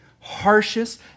harshest